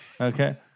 okay